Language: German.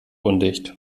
undicht